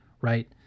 right